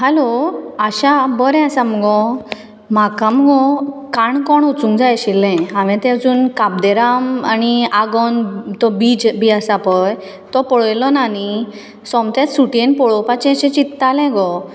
hello Asha बरें आसा मुगो म्हाका मुगो काणकोण वचूंक जाय आशिल्लें हांवें तें अजून काब दे राम आनी आगोन्द तो बीच बी आसा पळय तो पळयलो ना न्ही सोमतेंच सुटयेन पळोवपाचे अशें चित्तालें गो